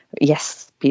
yes